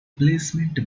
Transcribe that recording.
placement